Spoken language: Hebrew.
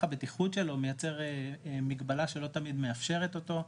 הבטיחות שלו מייצר מגבלה שלא תמיד מאפשרת אותו,